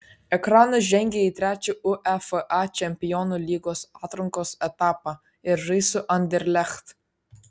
ekranas žengė į trečią uefa čempionų lygos atrankos etapą ir žais su anderlecht